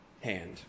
hand